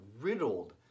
riddled